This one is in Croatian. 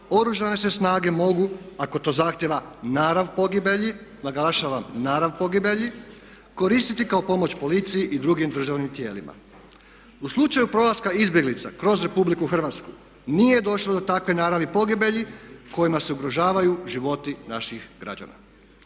Oružane se snage mogu ako to zahtijeva narav pogibelji, naglašavam narav pogibelji, koristiti kao pomoć policiji i drugim državnim tijelima. U slučaju prolaska izbjeglica kroz Republiku Hrvatsku nije došlo do takve naravi pogibelji kojima se ugrožavaju životi naših građana.